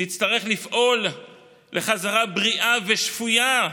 נצטרך לפעול לחזרה בריאה ושפויה,